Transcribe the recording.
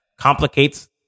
complicates